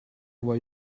why